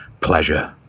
pleasure